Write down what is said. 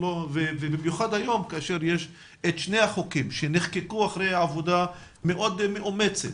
ובמיוחד היום כאשר יש את שני החוקים שנחקקו אחרי עבודה מאוד מאומצת,